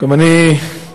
גם אני מצטרף